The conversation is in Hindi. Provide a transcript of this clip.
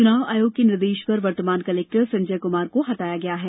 चुनाव आयोग के निर्देष पर वर्तमान कलेक्टर संजय कुमार को हटाया गया है